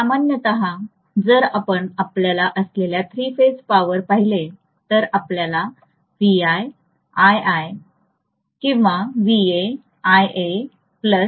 सामान्यत जर आपण आपल्याकडे असलेल्या थ्री फेज पॉवर पाहिले तर आपल्याला किंवा मिळेल